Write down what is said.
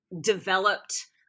developed